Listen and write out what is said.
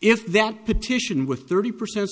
if that petition with thirty percent